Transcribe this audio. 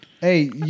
Hey